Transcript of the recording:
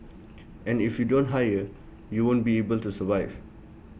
and if you don't hire you won't be able to survive